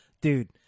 Dude